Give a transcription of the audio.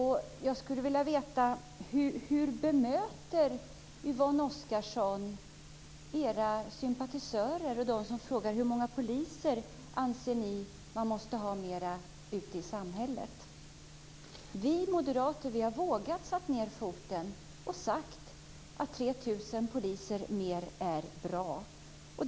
Hur bemöter Yvonne Oscarsson partiets sympatisörer som frågar hur många fler poliser man anser att vi måste ha ute i samhället? Vi moderater har vågat sätta ned foten och sagt att det är bra med 3 000 fler poliser.